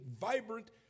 vibrant